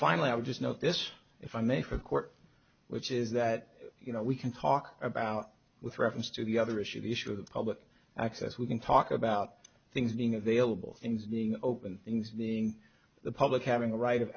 finally i would just note this if i make a court which is that you know we can talk about with reference to the other issue the issue of public access we can talk about things being available and being open things being the public having a right of